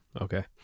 okay